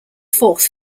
fourth